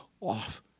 off